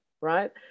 Right